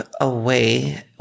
away